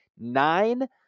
Nine